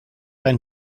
ein